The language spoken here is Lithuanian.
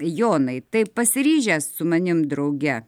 jonai tai pasiryžęs su manim drauge